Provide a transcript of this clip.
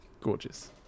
gorgeous